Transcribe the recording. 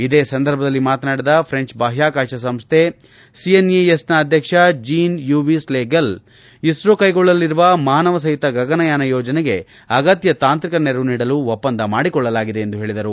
ಇದೇ ಸಂದರ್ಭದಲ್ಲಿ ಮಾತನಾಡಿದ ಫ್ರೆಂಚ್ ಬಾಹ್ಲಾಕಾಶ ಸಂಸ್ಥೆ ಸಿಎನ್ಇಎಸ್ನ ಅಧ್ವಕ್ಷ Jean Yves Le Gall ISRO ಕೈಗೊಳ್ಳಲಿರುವ ಮಾನವಸಹಿತ ಗಗನಯಾನ ಯೋಜನೆಗೆ ಅಗತ್ಯ ತಾಂತ್ರಿಕ ನೆರವು ನೀಡಲು ಒಪ್ಪಂದ ಮಾಡಿಕೊಳ್ಳಲಾಗಿದೆ ಎಂದು ಹೇಳದರು